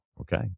Okay